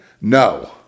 No